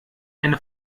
eine